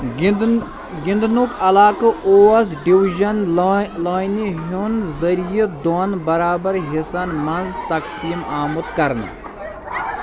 گِندُن گِندنک علاقہٕ اوس ڈِوجن لٲ لٲنہِ ہُنٛد ذٔریعہٕ دۄن برابر حصن مَنٛز تقسیٖم آمُت کرنہٕ